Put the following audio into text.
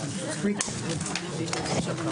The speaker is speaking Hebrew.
בשעה